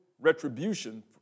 retribution